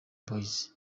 boys